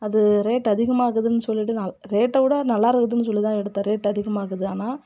அது ரேட்டு அதிகமாக இருக்குதுன்னு சொல்லிட்டு நான் அது ரேட்டை விட நல்லா இருக்குதுன்னு சொல்லிதான் எடுத்தேன் ரேட்டு அதிகமா இருக்குது ஆனால்